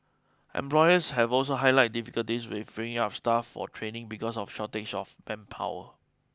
employers have also highlighted difficulties with freeing up staff for training because of shortage of manpower